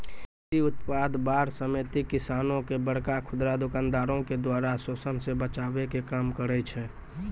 कृषि उत्पाद बार समिति किसानो के बड़का खुदरा दुकानदारो के द्वारा शोषन से बचाबै के काम करै छै